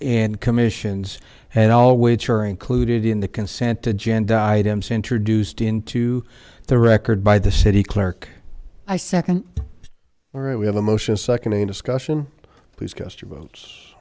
and commissions and all which are included in the consent agenda items introduced into the record by the city clerk i second all right we have a motion second any discussion